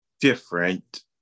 different